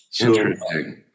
Interesting